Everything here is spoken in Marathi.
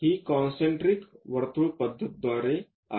हि कॉन्सन्ट्रिक वर्तुळ पद्धतद्वारे आहे